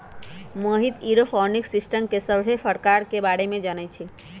Mohit aeroponics system के सभ्भे परकार के बारे मे जानई छई